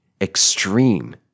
extreme